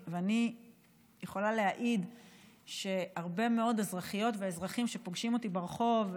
אני יכלה להעיד שהרבה מאוד אזרחיות ואזרחים שפוגשים אותי ברחוב,